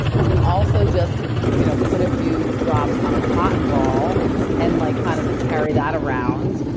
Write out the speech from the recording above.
you can also just you know put a few drops on a cotton ball and like kind of carry that around.